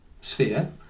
sphere